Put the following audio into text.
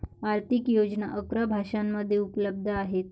आर्थिक योजना अकरा भाषांमध्ये उपलब्ध आहेत